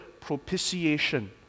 propitiation